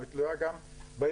היא תלויה גם ביבואנים.